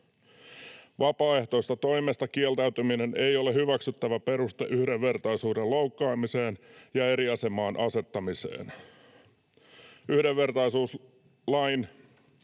Vapaaehtoisesta toimesta kieltäytyminen ei ole hyväksyttävä peruste yhdenvertaisuuden loukkaamiseen ja eri asemaan asettamiseen. Yhdenvertaisuuslain